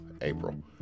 April